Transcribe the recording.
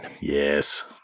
Yes